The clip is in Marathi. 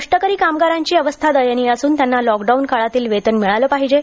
कष्टकरी कामगारांची अवस्था दयनीय असून त्यांना लॉकडाउन काळातील वेतन मिळाले पाहिजे